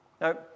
Now